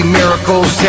miracles